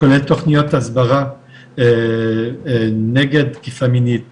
כולל תוכניות הסברה נגד תקיפה מינית